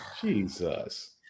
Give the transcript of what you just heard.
Jesus